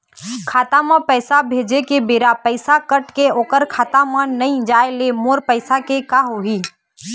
खाता म पैसा भेजे के बेरा पैसा कट के ओकर खाता म नई जाय ले मोर पैसा के का होही?